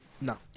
no